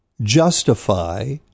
justify